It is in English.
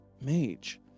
mage